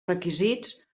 requisits